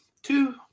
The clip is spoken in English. two